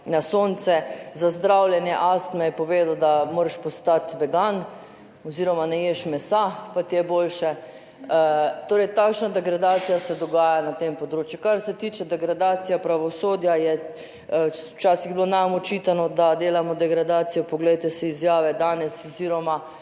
na sonce, za zdravljenje astme je povedal, da moraš postati vegan oziroma ne ješ mesa, pa ti je boljše, torej takšna degradacija se dogaja na tem področju. Kar se tiče degradacije pravosodja, je včasih bilo nam očitano, da delamo degradacijo, poglejte si izjave danes oziroma